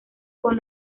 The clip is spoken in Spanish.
con